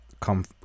come